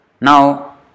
Now